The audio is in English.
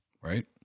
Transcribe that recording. Right